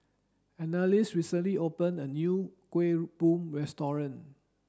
Annalise recently opened a new Kuih Bom restaurant